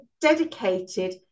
dedicated